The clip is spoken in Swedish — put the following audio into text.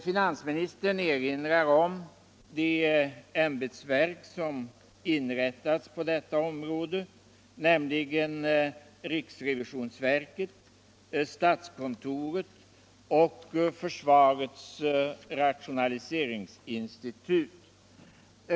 Finansministern erinrar om de ämbetsverk som inrättats på detta område, nämligen riksrevisionsverket, statskontoret och försvarets rationaliseringsinstitut.